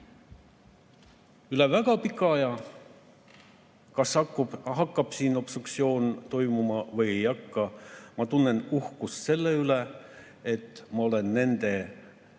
Üle väga pika aja, kas hakkab siin obstruktsioon toimuma või ei hakka, ma tunnen uhkust selle üle, et ma olen nende